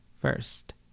first